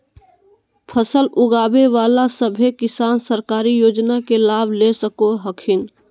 फसल उगाबे बला सभै किसान सरकारी योजना के लाभ ले सको हखिन